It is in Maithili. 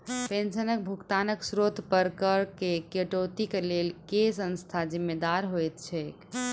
पेंशनक भुगतानक स्त्रोत पर करऽ केँ कटौतीक लेल केँ संस्था जिम्मेदार होइत छैक?